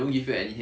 mm